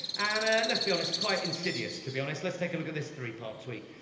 and, let's be honest, quite insidious, to be honest. let's take a look at this three-part tweet.